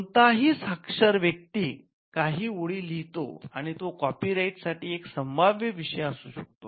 कोणताही साक्षर व्यक्ती काही ओळी लिहितो आणि तो कॉपीराइटसाठी एक संभाव्य विषय असू शकतो